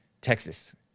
Texas